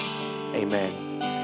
amen